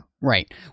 Right